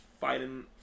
fighting